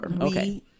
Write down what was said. Okay